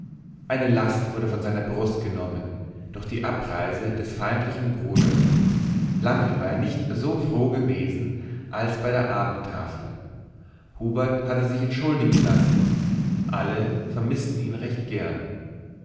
eine last wurde seiner brust entnommen durch die abreise des feindlichen bruders lange war er nicht so froh gewesen als bei der abendtafel hubert hatte sich entschuldigen lassen alle vermißten ihn recht gern